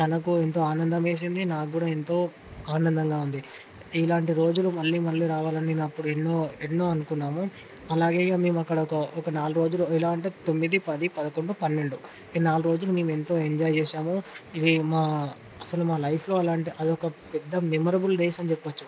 తనకు ఎంతో ఆనందంవేసింది నాకు కూడా ఎంతో ఆనందంగా ఉంది ఇలాంటి రోజులు మళ్ళీ మళ్ళీ రావాలని అప్పుడు ఎన్నో ఎన్నో అనుకున్నాము అలాగే మేము అక్కడకు ఒక నాలుగు రోజులు ఎలా అంటే తొమ్మిది పది పదకొండు పన్నెండు ఈ నాలుగు రోజులు మేము ఎంతో ఎంజాయ్ చేసాము ఇవి మా అసలు మా లైఫ్లో అలాంటివి అవి ఒక పెద్ద మెమొరబుల్ డేస్ అని చెప్పచ్చు